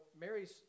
Mary's